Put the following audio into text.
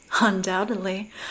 Undoubtedly